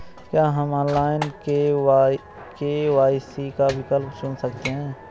क्या हम online KYC का विकल्प चुन सकते हैं?